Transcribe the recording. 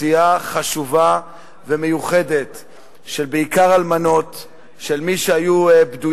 פקודות האגודות השיתופיות (תיקון מס' 8). בבקשה,